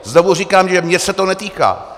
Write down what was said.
Znovu říkám, že mě se to netýká.